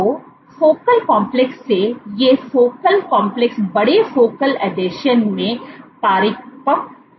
तो focal complex से ये फोकल कॉम्प्लेक्स बड़े फोकल एडिशन में परिपक्व होते हैं